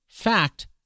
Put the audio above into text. fact